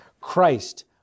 Christ